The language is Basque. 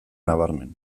nabarmen